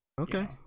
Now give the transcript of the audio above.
okay